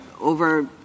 over—